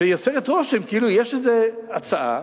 שיוצרת רושם כאילו יש איזו הצעה,